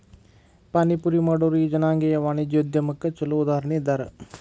ಪಾನಿಪುರಿ ಮಾಡೊರು ಈ ಜನಾಂಗೇಯ ವಾಣಿಜ್ಯೊದ್ಯಮಕ್ಕ ಛೊಲೊ ಉದಾಹರಣಿ ಇದ್ದಾರ